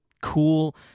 cool